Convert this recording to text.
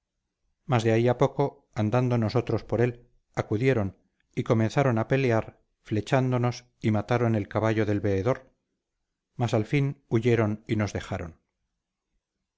mas de ahí a poco andando nosotros por él acudieron y comenzaron a pelear flechándonos y mataron el caballo del veedor mas al fin huyeron y nos dejaron